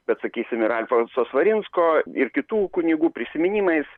bet sakysim ir alfonso svarinsko ir kitų kunigų prisiminimais